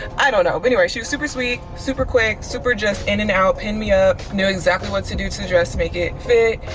i don't know. but anyway, she was super sweet, super quick, super just in and out, pinned me up, knew exactly what to do till the dress make it fit.